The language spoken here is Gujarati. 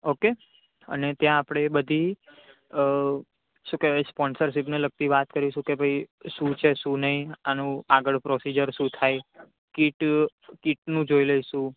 ઓકે અને ત્યાં આપણે બધી શું કહેવાય સ્પોન્સરશિપની લગતી વાત કરીશું કે ભઈ શું છે શું નહીં આનું આગળ પ્રોસિજર શું થાય કીટ કીટનું જોઈ લઈશું